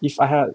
if I had